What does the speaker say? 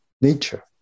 nature